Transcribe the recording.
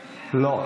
לא.